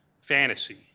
fantasy